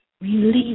Release